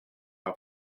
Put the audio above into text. how